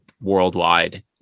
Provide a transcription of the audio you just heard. worldwide